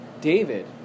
David